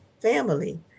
family